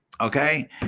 Okay